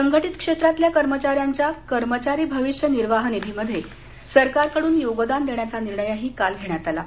संघटीत क्षेत्रातल्या कर्मचाऱ्यांच्या कर्मचारी भविष्य निर्वाह निधीमध्ये सरकारकडून योगदान देण्याचा निर्णय घेण्यात आला आहे